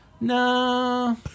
No